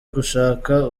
gushaka